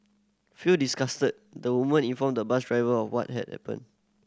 feeling disgusted the woman informed the bus driver of what had happened